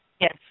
Yes